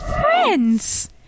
friends